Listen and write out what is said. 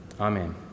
Amen